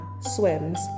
swims